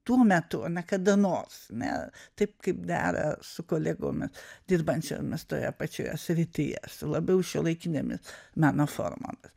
tuo metų o ne kada nors mes taip kaip dera su kolegomis dirbančiomis toje pačioje srityje su labiau šiuolaikinėmis meno formomis